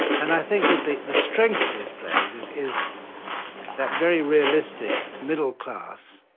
and i think that the the strength of his plays is is that very realistic, middle-class